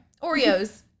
Oreos